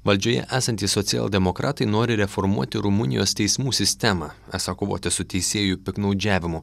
valdžioje esantys socialdemokratai nori reformuoti rumunijos teismų sistemą esą kovoti su teisėjų piktnaudžiavimu